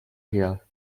here